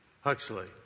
Huxley